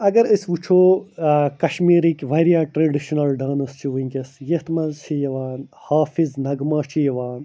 اگر أسۍ وُچھَو کَشمیٖرٕکۍ واریاہ ٹرٛیڈِشنَل ڈانَس چھِ ؤنکٮ۪س یَتھ منٛز چھِ یِوان حافِظ نغمہ چھِ یِوان